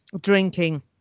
drinking